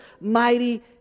mighty